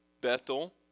Bethel